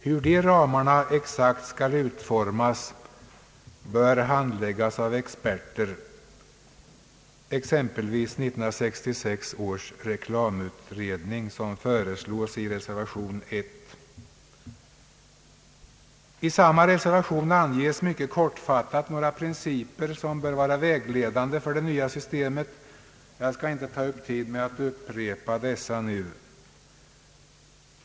Hur dessa ramar exakt skall utformas, bör handläggas av experter, exempelvis 1966 års reklamutredning, något som föreslås i reservation 1. I samma reservation anges mycket kortfattat några principer som bör vara vägledande för det nya systemet. Jag skall inte ta upp tid med att nu upprepa detta.